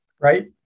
Right